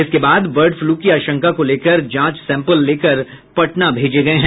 इसके बाद bird flu की आशंका को लेकर जांच सैंपल लेकर पटना भेजे गये हैं